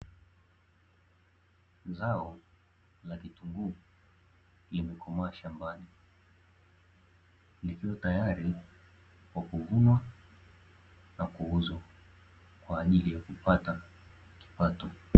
Zao la vitunguu limekomaa shambani, likiwa tayari kwa kuvunwa na kuuzwa kwaajili ya kupata kipato .